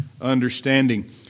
understanding